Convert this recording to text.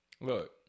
look